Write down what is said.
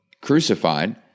crucified